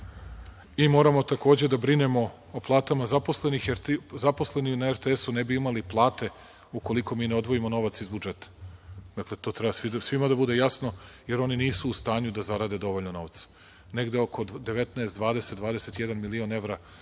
Moramo takođe da brinemo o platama zaposlenih, jer ti zaposleni na RTS-u ne bi imali plate ukoliko mi ne odvojimo novac iz budžeta. Dakle, to treba svima da bude jasno, jer oni nisu u stanju da zarade dovoljno novca. Negde oko 19, 20, 21 milion evra